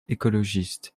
écologiste